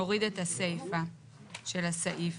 נוריד את הסייפה של הסעיף.